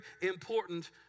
important